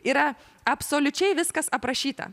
yra absoliučiai viskas aprašyta